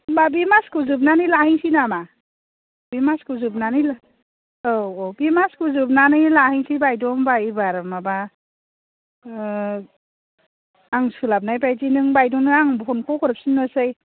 होनबा बे मासखौ जोबनानै लाहैनोसै नामा बे मासखौ जोबनानै औ औ बे मासखौ जोबनानै लाहैनोसै बायद' होनबा एबार माबा आं सोलाबनाय बायदि नों बायद'नो आं फन खौ हरफिननोसै